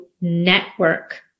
network